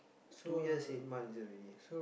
two years eight months already